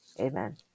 Amen